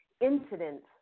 incidents